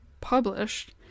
published